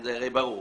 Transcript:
זה הרי ברור.